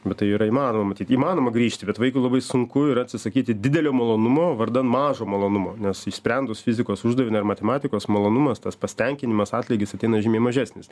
bet tai yra įmanoma tai įmanoma grįžti bet vaikui labai sunku ir atsisakyti didelio malonumo vardan mažo malonumo nes išsprendus fizikos uždavinį ar matematikos malonumas tas pasitenkinimas atlygis ateina žymiai mažesnis